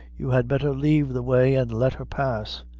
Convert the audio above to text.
you had better leave the way and let her pass.